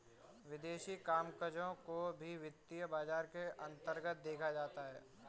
विदेशी कामकजों को भी वित्तीय बाजार के अन्तर्गत देखा जाता है